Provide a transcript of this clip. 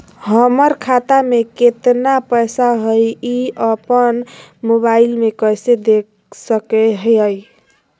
हमर खाता में केतना पैसा हई, ई अपन मोबाईल में कैसे देख सके हियई?